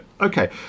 okay